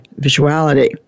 visuality